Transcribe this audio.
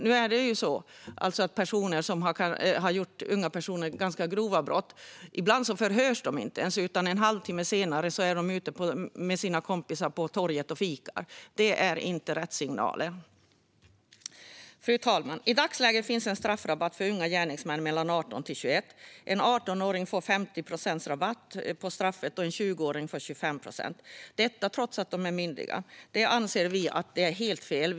Nu är det ju så att unga personer som har begått ganska grova brott ibland inte ens förhörs, utan en halvtimme senare är de ute med sina kompisar på torget och fikar. Det ger inte rätt signaler. Fru talman! I dagsläget finns en straffrabatt för unga gärningsmän mellan 18 och 20 år. En 18-åring får 50 procent rabatt på straffet, och en 20-åring får 25 procent. Detta trots att de är myndiga. Det anser vi moderater är helt fel.